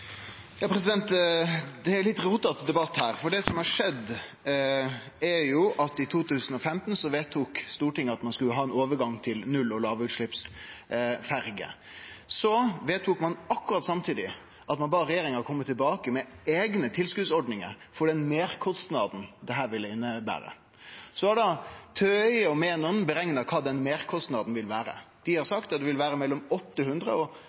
er en litt rotete debatt. Det som har skjedd, er at Stortinget i 2015 vedtok at ein skulle ha ein overgang til null- og lågutsleppsferjer. Samtidig bad ein regjeringa kome tilbake med eigne tilskotsordningar for den meirkostnaden dette ville innebere. Så har TØI, Transportøkonomisk institutt, og Menon berekna kva den meirkostnaden vil vere. Dei har sagt at han vil vere på mellom 800 mill. kr og